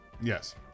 Yes